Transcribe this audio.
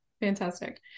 Fantastic